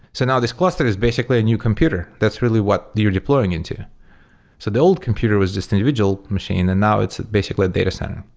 so now this cluster is basically a new computer. that's really what you're deploying into. so the old computer was just an individual machine, and now it's basically a data center.